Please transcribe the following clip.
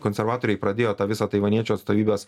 konservatoriai pradėjo tą visą taivaniečių atstovybės